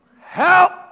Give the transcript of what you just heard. Help